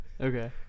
Okay